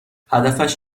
هدفش